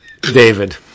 David